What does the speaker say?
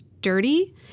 dirty